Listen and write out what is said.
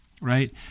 right